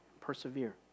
Persevere